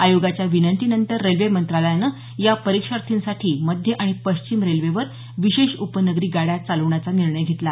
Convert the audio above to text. आयोगाच्या विनंतीनंतर रेल्वे मंत्रालयानं या परीक्षार्थींसाठी मध्य आणि पश्चिम रेल्वे वर विशेष उपनगरी गाड्या चालवण्याचा निर्णय घेतला